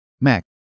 Mac